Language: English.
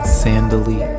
sandily